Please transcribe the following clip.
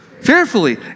Fearfully